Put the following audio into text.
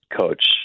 coach